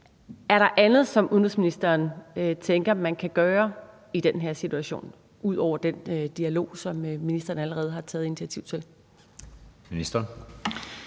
Er der andet, som udenrigsministeren tænker at man kan gøre i den her situation ud over den dialog, som ministeren allerede har taget initiativ til? Kl.